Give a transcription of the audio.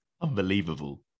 Unbelievable